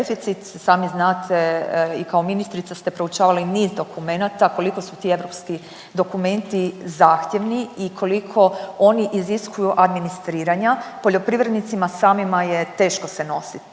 Sami znate i kao ministrica ste proučavali niz dokumenata koliko su ti europski dokumenti zahtjevni i koliko oni iziskuju administriranja. Poljoprivrednicima samima je teško se nositi